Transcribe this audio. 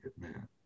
man